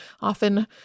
Often